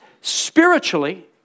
spiritually